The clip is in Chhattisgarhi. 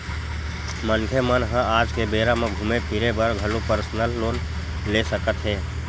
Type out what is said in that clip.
मनखे मन ह आज के बेरा म घूमे फिरे बर घलो परसनल लोन ले सकत हे